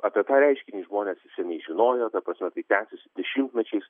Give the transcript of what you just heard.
apie tą reiškinį žmonės seniai žinojo ta prasme tęsiasi dešimtmečiais